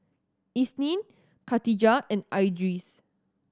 Isnin Katijah and Idris